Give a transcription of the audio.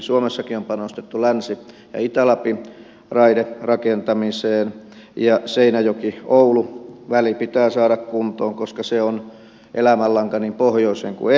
suomessakin on panostettu länsi ja itä lapin raiderakentamiseen ja seinäjokioulu väli pitää saada kuntoon koska se on elämänlanka niin pohjoiseen kuin etelään